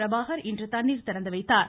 பிரபாகர் இன்று தண்ணீர் திறந்து வைத்தார்